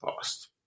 past